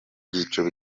byiciro